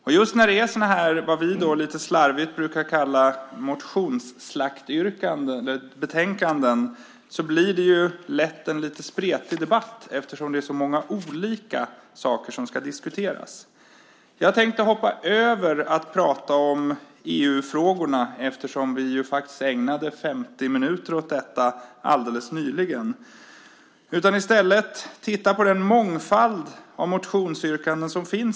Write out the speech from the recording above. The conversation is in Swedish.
När vi behandlar dessa vad vi lite slarvigt brukar kalla "motionsslaktbetänkanden" blir debatten lätt något spretig eftersom så många olika saker diskuteras. Jag tänkte hoppa över EU-frågorna eftersom vi alldeles nyss ägnade 50 minuter åt dem och i stället titta på den mångfald av motionsyrkanden som finns.